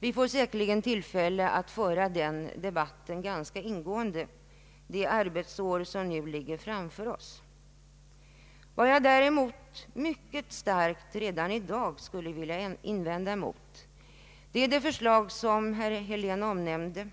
Vi får säkerligen tillfälle att föra den debatten ganska ingående under det arbetsår som nu ligger framför oss. Vad jag däremot mycket starkt redan i dag skulle vilja opponera mig mot är det förslag som herr Helén omnämnde